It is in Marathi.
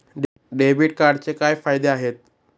डेबिट कार्डचे काय फायदे आहेत?